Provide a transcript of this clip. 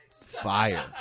fire